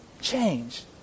change